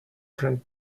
from